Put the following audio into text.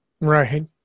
right